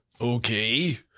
Okay